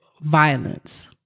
violence